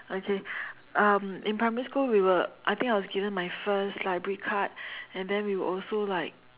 okay um in primary school we were I think I was given my first library card and then we will also like